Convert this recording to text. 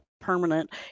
permanent